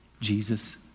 Jesus